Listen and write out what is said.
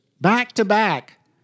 Back-to-back